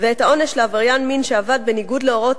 ואת העונש לעבריין מין שעבד בניגוד להוראות